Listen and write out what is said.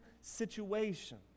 situation